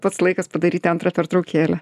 pats laikas padaryti antrą pertraukėlę